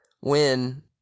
When-